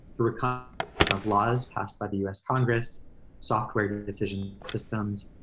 through and of laws passed by the u s. congress software decision systems,